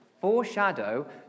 foreshadow